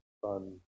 fun